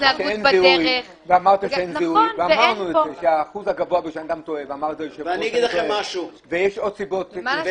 אמרתם שאין זיהוי ואמרנו שזה אחוז גבוה כי אנשים טועים ויש עוד סיבות.